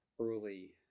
early